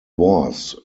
was